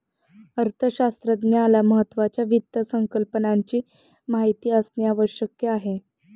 अर्थशास्त्रज्ञाला महत्त्वाच्या वित्त संकल्पनाची माहिती असणे आवश्यक आहे